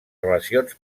relacions